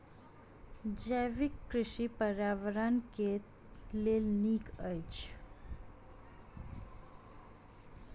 जैविक कृषि पर्यावरण के लेल नीक अछि